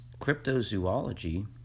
cryptozoology